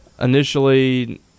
initially